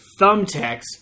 thumbtacks